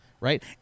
right